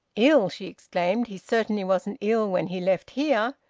ill! she exclaimed. he certainly wasn't ill when he left here.